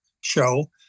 show